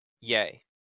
yay